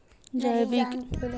जैविक कीट प्रबंधन क्या है?